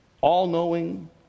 all-knowing